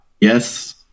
Yes